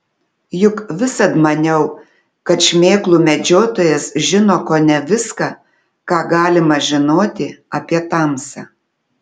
juk visad maniau kad šmėklų medžiotojas žino kone viską ką galima žinoti apie tamsą